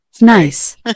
Nice